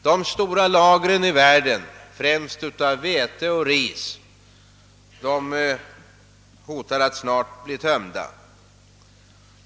De stora lagren i världen, främst av vete och ris, hotar att snart bli tömda.